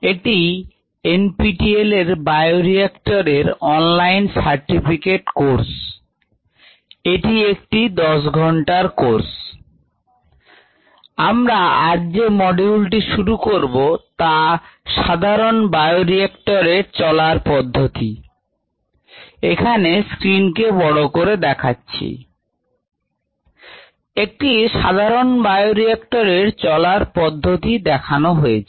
একটি সাধারণ বায়োরিএক্টর এর চলার পদ্ধতি দেখানো হয়েছে